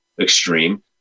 extreme